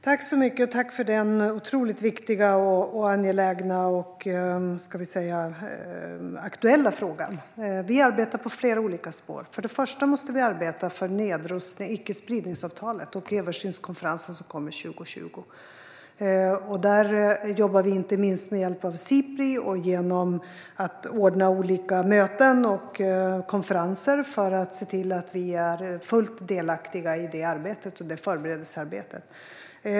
Herr talman! Tack för den otroligt viktiga, angelägna och, ska vi säga, aktuella frågan! Vi arbetar på flera olika spår. Först och främst måste vi arbeta för icke-spridningsavtalet och översynskonferensen, som äger rum 2020. Där jobbar vi inte minst med hjälp av Sipri och genom att ordna olika möten och konferenser för att se till att vi är fullt delaktiga i det arbetet och det förberedelsearbetet.